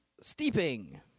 Steeping